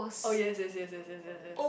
oh yes yes yes yes yes yes yes